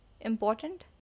important